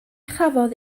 chafodd